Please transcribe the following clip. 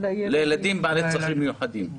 לילדים בעלי צרכים מיוחדים.